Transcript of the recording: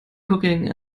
cooking